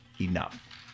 enough